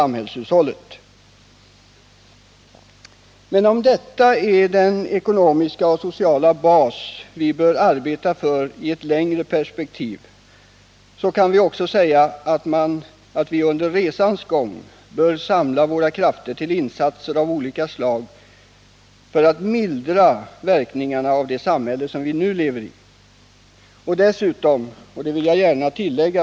Men även om detta är den ekonomiska och sociala bas som vi bör arbeta för i ett längre perspektiv, måste vi under resans gång samla våra krafter till insatser av olika slag för att mildra verkningarna av det samhällssystem som vi nu lever under.